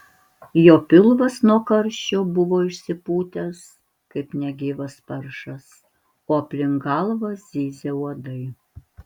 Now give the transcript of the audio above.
jo pilvas nuo karščio buvo išsipūtęs kaip negyvas paršas o aplink galvą zyzė uodai